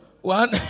one